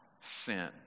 sin